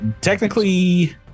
technically